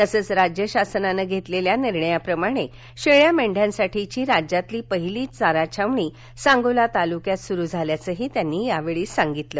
तसेच राज्य शासनाने घेतलेल्या निर्णयाप्रमाणे शेळ्या मेंद्यांसाठीची राज्यातील पहिली चारा छावणी सांगोला तालुक्यात सुरू झाल्याचेही त्यांनी यावेळी सांगितले